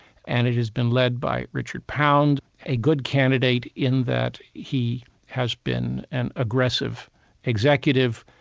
and it has been led by richard pound, a good candidate in that he has been an aggressive executive.